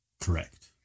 correct